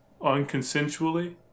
unconsensually